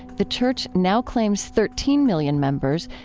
the church now claims thirteen million members,